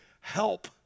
help